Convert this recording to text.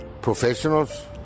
professionals